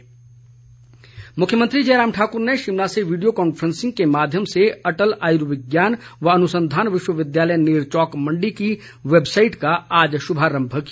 मुख्यमंत्री मुख्यमंत्री जयराम ठाकुर ने शिमला से वीडियो कांफैसिंग के माध्यम से अटल आयुर्विज्ञान व अनुसंधान विश्वविद्यालय नेरचौक मंडी की वैबसाईट का आज श्भारंभ किया